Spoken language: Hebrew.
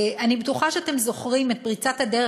אני בטוחה שאתם זוכרים את פריצת הדרך